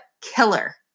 killer